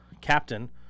captain